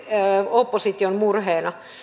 opposition murheena